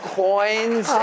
coins